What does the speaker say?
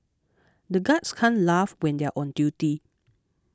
the guards can't laugh when they are on duty